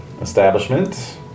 establishment